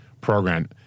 program